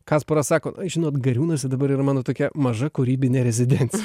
kasparas sako ai žinot gariūnuose dabar yra mano tokia maža kūrybinė rezidencija